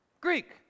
Greek